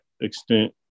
extent